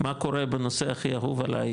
מה קורה בנושא הכי אהוב עליי,